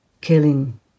Killing